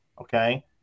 Okay